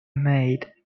maid